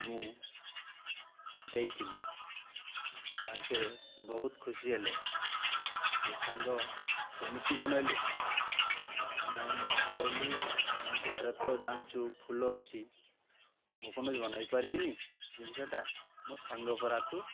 ମୁଁ ଦେଇଥିଲି ତାଙ୍କେ ବହୁତ ଖୁସି ହେଲେ ଯେ ସାଙ୍ଗ କେମିତି ବନାଇଲୁ ନାଇଁ ମୁଁ କହିଲି ମୋ ଘରେ ତ ଜାଣିଛୁ ଫୁଲ ଅଛି ମୁଁ କ'ଣ ବନେଇ ପାରିବିନି ଜିନିଷଟା ମୋ ସାଙ୍ଗ ପରା ତୁ